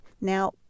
Now